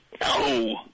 No